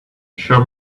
show